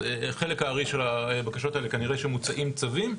אז נראה שבחלק הארי של הבקשות האלה מוצאים צווים.